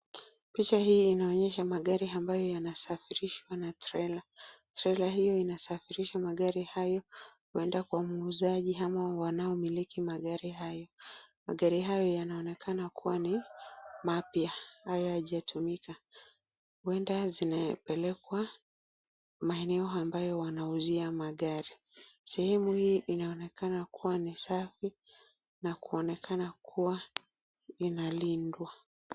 Picha hii inaonyesha magari ambayo yanasafirishwa na trailer . Trailer hiyo inasafirisha magari hayo kwenda kwa muuzaji ama wanaomiliki magari hayo. Magari hayo yanaonekana kuwa ni mapya, hayajatumika. Huenda zinapelekwa maeneo ambayo wanauzia magari. Sehemu hii inaonekana kuwa ni safi na kuonekana kuwa inalindwa.